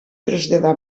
traslladar